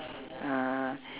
ah